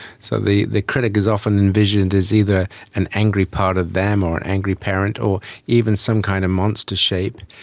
so the the critic is often envisioned as either an angry part of them or an angry parent, or even some kind of monster shape.